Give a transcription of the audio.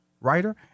writer